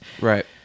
right